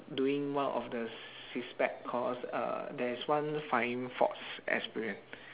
doing one of the SISPEC course uh there is one flying fox experience